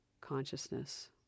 consciousness